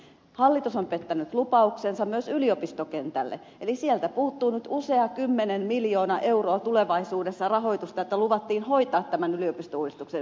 hallitus on pettänyt lupauksensa myös yliopistokentälle eli sieltä puuttuu nyt usea kymmen miljoonaa euroa tulevaisuudessa rahoitusta jotka luvattiin hoitaa tämän yliopistouudistuksen yhteydessä